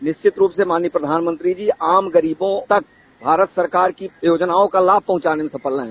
निश्वित रूप से माननीय प्रधानमंत्री जी आम गरीबों तक भारत सरकार की योजनाओं का लाभ पहुंचाने में सफल रहे है